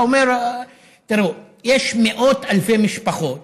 תראו, יש מאות אלפי משפחות